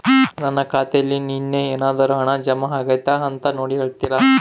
ನನ್ನ ಖಾತೆಯಲ್ಲಿ ನಿನ್ನೆ ಏನಾದರೂ ಹಣ ಜಮಾ ಆಗೈತಾ ಅಂತ ನೋಡಿ ಹೇಳ್ತೇರಾ?